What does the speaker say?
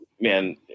Man